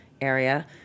area